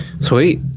Sweet